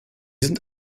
sind